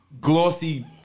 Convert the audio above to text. glossy